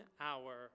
hour